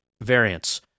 variants